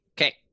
Okay